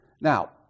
Now